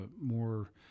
more